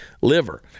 liver